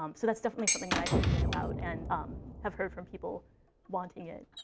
um so that's definitely something that i'm thinking about and have heard from people wanting it.